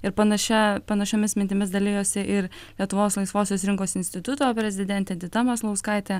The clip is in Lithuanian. ir panašia panašiomis mintimis dalijosi ir lietuvos laisvosios rinkos instituto prezidentė edita maslauskaitė